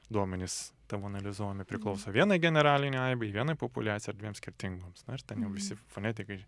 duomenys tavo analizuojami priklauso vienai generalinei aibei vienai populiacijai ar dviem skirtingoms na ir ten jau visi fonetikai